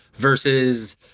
versus